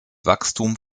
wachstum